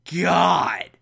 God